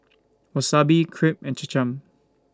Wasabi Crepe and Cham Cham